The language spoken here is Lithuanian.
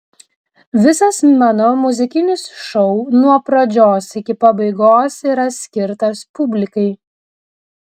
visas mano muzikinis šou nuo pradžios iki pabaigos yra skirtas publikai